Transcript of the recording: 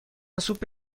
سوپ